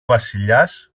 βασιλιάς